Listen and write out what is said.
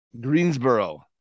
Greensboro